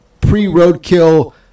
pre-roadkill